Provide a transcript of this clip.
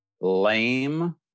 lame